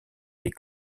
des